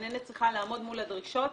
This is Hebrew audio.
גננת צריכה לעמוד מול הדרישות.